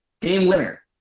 game-winner